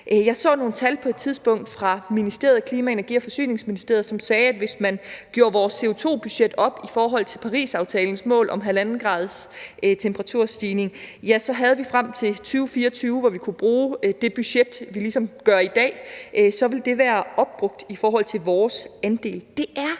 Jeg så på et tidspunkt nogle tal fra Klima-, Energi- og Forsyningsministeriet, som viste, at hvis vi gjorde vores CO2-budget op i forhold til Parisaftalens mål om en 1,5-graderstemperaturstigning, havde vi frem til 2024, hvor vi kunne bruge det samme budget, som vi ligesom bruger i dag, og derefter ville det være opbrugt i forhold til vores andel. Det er